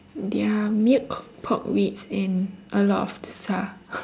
their milk pork ribs and a lot of zi char